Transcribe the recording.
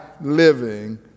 living